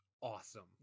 awesome